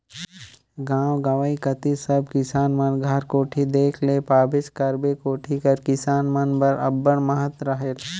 गाव गंवई कती सब किसान मन घर कोठी देखे ले पाबेच करबे, कोठी कर किसान मन बर अब्बड़ महत रहेल